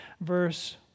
verse